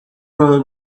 run